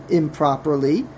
improperly